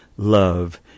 Love